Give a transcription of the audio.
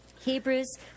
Hebrews